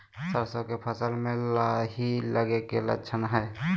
सरसों के फसल में लाही लगे कि लक्षण हय?